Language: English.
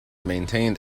maintained